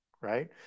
right